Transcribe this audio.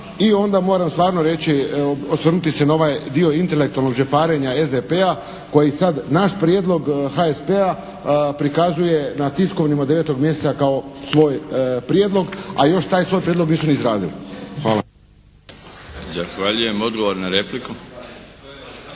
I onda moram stvarno reći, osvrnuti se na ovaj dio intelektualnog džeparenja SDP-a koji sad naš prijedlog HSP-a prikazuje na tiskovinama od 9. mjeseca kao svoj prijedlog. A još taj svoj prijedlog nisu ni izradili. Hvala. **Milinović, Darko (HDZ)**